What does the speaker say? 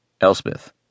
Elspeth